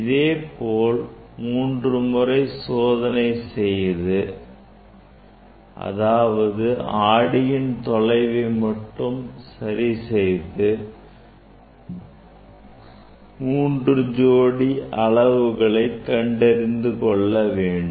இதேபோல் மூன்று முறை சோதனை செய்து அதாவது ஆடியின் தொலைவை மட்டும் சரிசெய்து மூன்று ஜோடி அளவுகளை கண்டறிந்து கொள்ள வேண்டும்